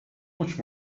much